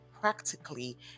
practically